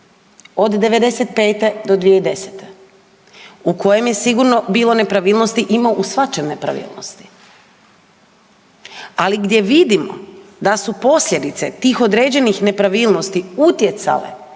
od '95. do 2010. u kojem je sigurno bilo nepravilnosti, ima u svačem nepravilnosti, ali gdje vidimo da su posljedice tih određenih nepravilnosti utjecale